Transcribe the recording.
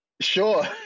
Sure